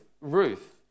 Ruth